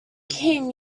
came